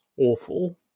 awful